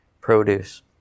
produce